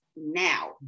now